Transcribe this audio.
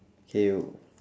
K